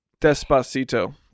Despacito